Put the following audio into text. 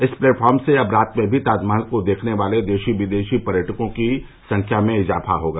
इस प्लेटफार्म से अब रात में भी ताजमहल को देखने वाले देशी विदेशी पर्यटकों की संख्या में इजाफा होगा